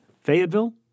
Fayetteville